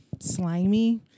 slimy